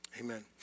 amen